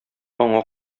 аңа